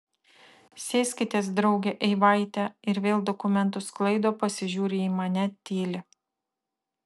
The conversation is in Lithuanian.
sėskitės drauge eivaite ir vėl dokumentus sklaido pasižiūri į mane tyli